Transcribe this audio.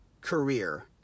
career